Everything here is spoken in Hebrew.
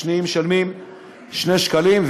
השניים משלמים 2 שקלים,